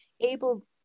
able